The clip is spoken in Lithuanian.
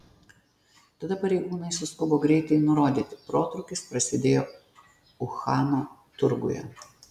tada pareigūnai suskubo greitai nurodyti protrūkis prasidėjo uhano turguje